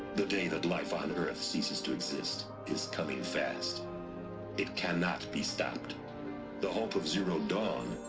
the day that life on earth ceases to exist. is coming fast it cannot be stopped the hope of zero dawn.